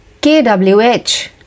kwh